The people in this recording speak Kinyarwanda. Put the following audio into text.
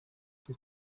njye